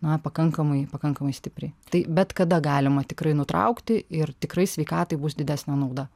na pakankamai pakankamai stipriai tai bet kada galima tikrai nutraukti ir tikrai sveikatai bus didesnė nauda